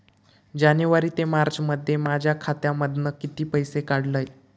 जानेवारी ते मार्चमध्ये माझ्या खात्यामधना किती पैसे काढलय?